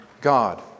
God